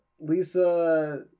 Lisa